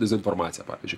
dezinformaciją pavyzdžiui